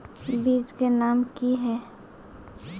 बीज के नाम की है?